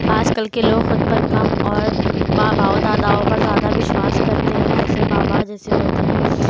آج کل کے لوگ خود پر کم اور باباؤں داداؤں پر زیادہ وشواس کرتے ہیں جیسے بابا جیسے ہوتے ہیں